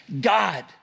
God